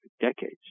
decades